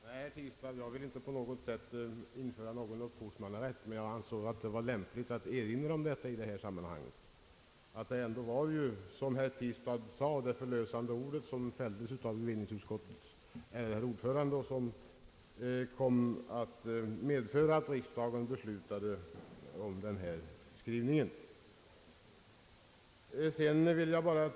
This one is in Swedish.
Herr talman! Nej, herr Tistad, jag vill inte införa någon upphovsmannarätt här, men jag ansåg det lämpligt att erinra om herr John Ericssons roll i sammanhanget. Som herr Tistad sedan sade, fällde bevillningsutskottets ordförande det förlösande ordet, som kom att medföra att riksdagen begärde en utredning hos Kungl. Maj:t.